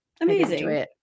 Amazing